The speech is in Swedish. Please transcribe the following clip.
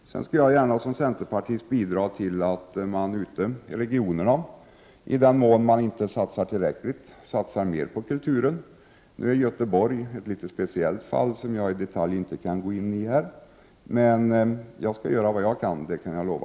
Sedan skall jag gärna som centerpartist bidra till att man ute i regionerna —i den mån man inte satsar tillräckligt — satsar mer på kulturen. Göteborg är ett litet speciellt fall som jag inte kan gå in på i detalj, men jag skall göra vad jag kan — det kan jag lova.